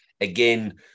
again